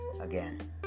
again